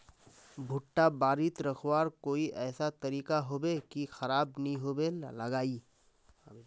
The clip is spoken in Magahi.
भुट्टा बारित रखवार कोई ऐसा तरीका होबे की खराब नि होबे लगाई?